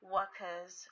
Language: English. workers